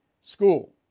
school